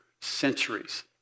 centuries